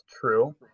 true